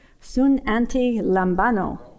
Sun-anti-lambano